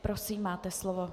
Prosím, máte slovo.